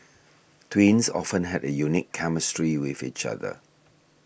twins often have a unique chemistry with each other